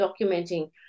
documenting